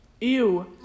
Ew